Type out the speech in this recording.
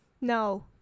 no